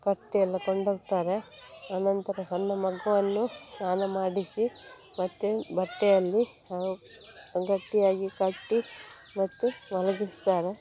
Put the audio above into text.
ಕಟ್ಟಿಯೆಲ್ಲ ಕೊಂಡ್ಹೋಗ್ತಾರೆ ಆ ನಂತರ ಸಣ್ಣ ಮಗುವನ್ನು ಸ್ನಾನ ಮಾಡಿಸಿ ಮತ್ತು ಬಟ್ಟೆಯಲ್ಲಿ ಗಟ್ಟಿಯಾಗಿ ಕಟ್ಟಿ ಮತ್ತೆ ಮಲಗಿಸ್ತಾರೆ